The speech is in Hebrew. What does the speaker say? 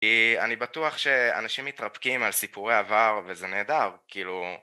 אה, אני בטוח שאנשים מתרפקים על סיפורי עבר וזה נהדר, כאילו